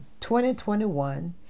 2021